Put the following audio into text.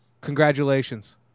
Congratulations